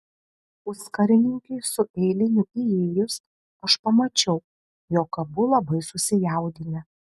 puskarininkiui su eiliniu įėjus aš pamačiau jog abu labai susijaudinę